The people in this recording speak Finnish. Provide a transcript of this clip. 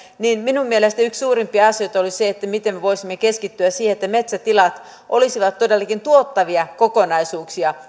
niin minun mielestäni yksi suurimpia asioita olisi se miten me voisimme keskittyä siihen että metsätilat olisivat todellakin tuottavia kokonaisuuksia